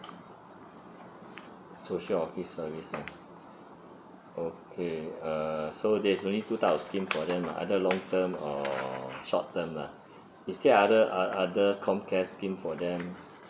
social office service lah okay uh so there's only two type of scheme for them lah either long term or short term lah is there other oth~ other com care scheme for them